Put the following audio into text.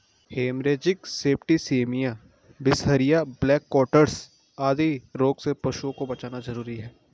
haemorrhagic septicaemia, बिसहरिया, black quarters आदि रोगों से पशुओं को बचाना जरूरी है